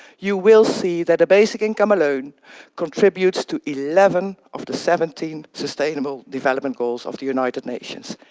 you will see that a basic income alone contributes to eleven of the seventeen sustainable development goals of the united nations.